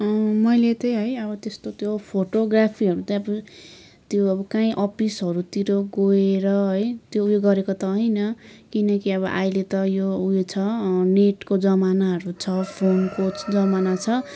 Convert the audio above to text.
मैले चाहिँ है अब त्यस्तो त्यो फोटोग्राफीहरू चाहिँ अब त्यो काहीँ अफिसहरूतिर गएर है त्यो उयो गरेको त होइन किनकि अब अहिले त यो उयो छ नेटको जमानाहरू छ फोनको जमाना छ